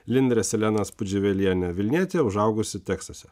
lindre silenaspudžiuvelienė vilnietė užaugusi teksase